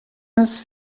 ist